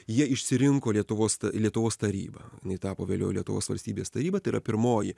jie išsirinko lietuvos lietuvos taryba jinai tapo vėliau lietuvos valstybės taryba yra pirmoji